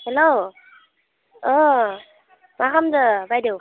hello मा खालामदो बायदेव